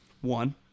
one